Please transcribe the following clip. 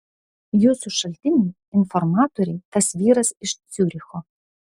jūsų šaltiniai informatoriai tas vyras iš ciuricho